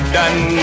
done